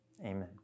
amen